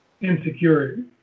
insecurity